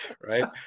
right